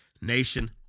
nation